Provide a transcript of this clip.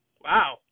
wow